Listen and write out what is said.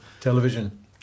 television